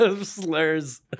Slurs